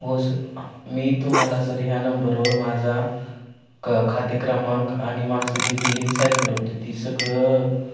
हो सर मी तुम्हाला सर ह्या नंबरवर माझा क खाते क्रमांक आणि मागचं जी बिलिंग सायकल होती ती सगळं